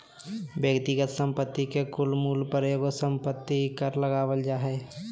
व्यक्तिगत संपत्ति के कुल मूल्य पर एगो संपत्ति कर लगावल जा हय